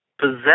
possess